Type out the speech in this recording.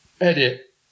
edit